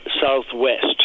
Southwest